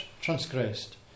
transgressed